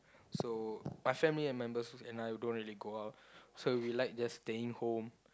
so my family and members and I don't really go out so we like just staying home